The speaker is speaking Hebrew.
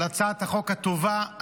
על הצעת החוק הטובה,